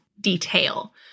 detail